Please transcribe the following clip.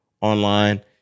online